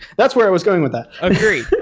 that's where i was going with that agree.